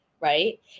Right